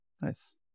Nice